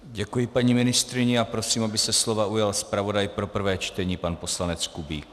Děkuji paní ministryni a prosím, aby se slova ujal zpravodaj pro prvé čtení pan poslanec Kubík.